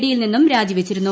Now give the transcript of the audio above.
D യിൽ നിന്നും രാജി വച്ചിരുന്നു